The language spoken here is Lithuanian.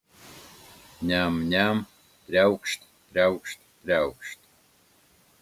niam niam triaukšt triaukšt triaukšt